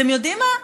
אתם יודעים מה?